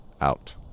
out